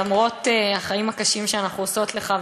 למרות החיים הקשים שאנחנו עושות לך,